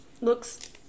looks